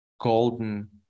golden